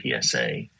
PSA